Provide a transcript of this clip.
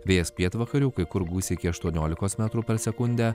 vėjas pietvakarių kai kur gūs iki aštuoniolikos metrų per sekundę